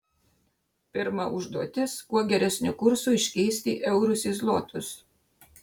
pirma užduotis kuo geresniu kursu iškeisti eurus į zlotus